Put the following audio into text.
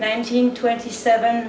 nineteen twenty seven